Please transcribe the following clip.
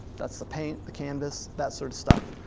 that's the paint, the canvas, that sort of stuff.